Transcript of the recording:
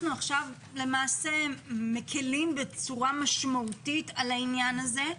עכשיו למעשה מקלים בצורה משמעותית על העניין הזה.